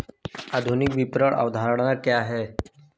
आधुनिक विपणन अवधारणा क्या है?